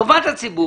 טובת הציבור,